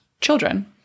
children